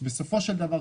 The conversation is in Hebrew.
בסופו של דבר,